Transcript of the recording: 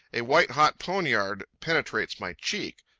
a white-hot poniard penetrates my cheek.